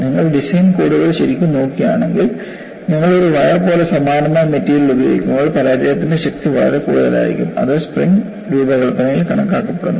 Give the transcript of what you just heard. നിങ്ങൾ ഡിസൈൻ കോഡുകൾ ശരിക്കും നോക്കുകയാണെങ്കിൽ നിങ്ങൾ ഒരു വയർ പോലെ സമാനമായ മെറ്റീരിയൽ ഉപയോഗിക്കുമ്പോൾ പരാജയത്തിന്റെ ശക്തി വളരെ കൂടുതലായിരിക്കും അത് സ്പ്രിംഗ് രൂപകൽപ്പനയിൽ കണക്കാക്കപ്പെടുന്നു